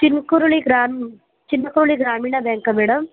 ಚಿನಕುರುಳಿ ಗ್ರಾಮ ಚಿನಕುರ್ಳಿ ಗ್ರಾಮೀಣ ಬ್ಯಾಂಕಾ ಮೇಡಮ್